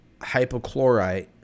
hypochlorite